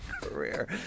career